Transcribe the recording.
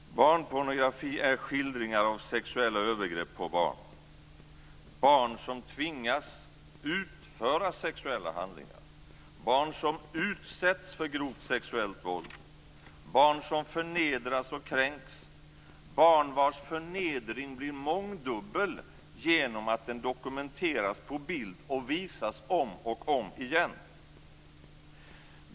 Barnpornografi är skildringar av sexuella övergrepp på barn, barn som tvingas utföra sexuella handlingar, barn som utsätts för grovt sexuellt våld, barn som förnedras och kränks, barn vars förnedring blir mångdubbel genom att den dokumenteras på bild och visas om och om igen.